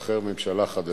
לא, לא התכוונתי אליך.